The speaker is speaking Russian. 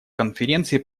конференции